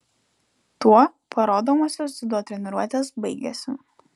tuo parodomosios dziudo treniruotės baigėsi